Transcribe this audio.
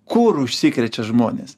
kur užsikrečia žmonės